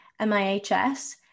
MIHS